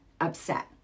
upset